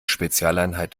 spezialeinheit